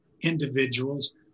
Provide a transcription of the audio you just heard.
individuals